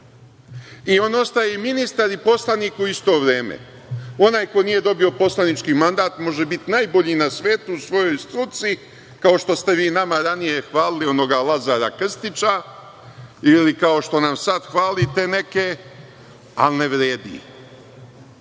i on ostaje i ministar i poslanik u isto vreme. Onaj ko nije dobio poslanički mandat, može biti najbolji na svetu u svojoj struci, kao što ste vi nama ranije hvalili onoga Lazara Krstića ili kao što nam sad hvalite neke, ali ne vredi.